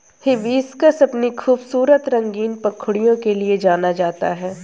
hibiscus अपनी खूबसूरत रंगीन पंखुड़ियों के लिए जाना जाता है